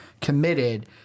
committed